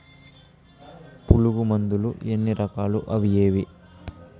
పులుగు మందులు ఎన్ని రకాలు అవి ఏవి?